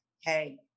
hey